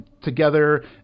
together